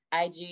IG